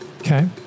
Okay